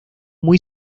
muy